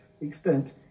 extent